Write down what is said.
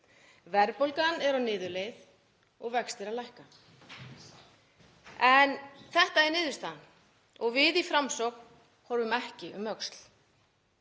Verðbólgan er á niðurleið og vextir að lækka. En þetta er niðurstaðan og við í Framsókn horfum ekki um öxl.